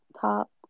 top